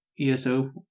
ESO